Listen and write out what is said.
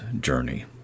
journey